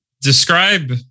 describe